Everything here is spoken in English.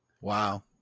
Wow